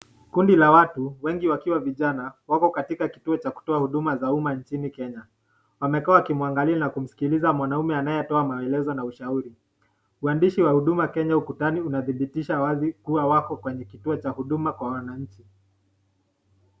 Kundi la watu wengi wakiwa vijana wako katika kituo kutoa huduma katika nchini Kenya, wamekua wakimuangalia na kusikiza mwanaume anayetoa maelezo na ushauri. Uandishi wa huduma Kenya ukutani unadhiirisha wazi kua wako kwenye kituo cha huduma kwa wananchi.